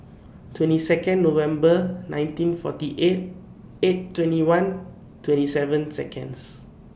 twenty Second November nineteen forty eight eight twenty one twenty seven Seconds